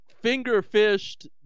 finger-fished